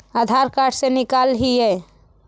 आधार card से निकाल हिऐ?